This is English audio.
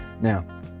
Now